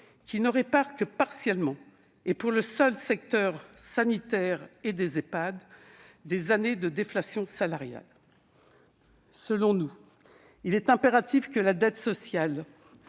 ne répare que partiellement et pour le seul secteur sanitaire et les Ehpad des années de déflation salariale. Selon nous, il est impératif que la dette sociale